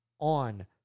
on